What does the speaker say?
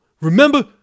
remember